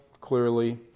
clearly